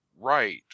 right